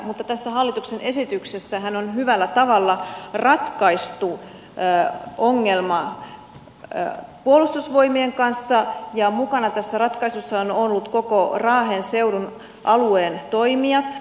mutta tässä hallituksen esityksessähän on hyvällä tavalla ratkaistu ongelma puolustusvoimien kanssa ja mukana tässä ratkaisussa ovat olleet koko raahen seudun alueen toimijat